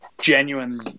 genuine